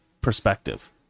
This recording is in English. perspective